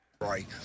Right